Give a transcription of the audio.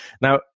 now